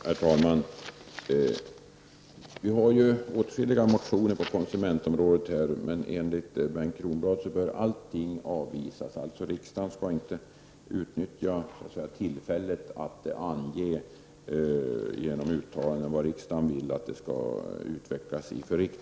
Herr talman! Vi har ju åtskilliga motioner på konsumentområdet, men enligt Bengt Kronblad bör alla krav avvisas; riksdagen skall inte utnyttja tillfället att genom uttalanden ange i vilken rikting utvecklingen skall gå.